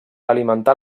alimentar